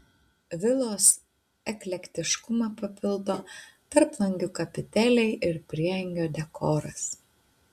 vilos eklektiškumą papildo tarplangių kapiteliai ir prieangio dekoras